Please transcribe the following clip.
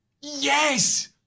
yes